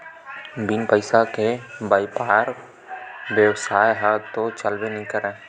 बिन पइसा के बइपार बेवसाय ह तो चलबे नइ करय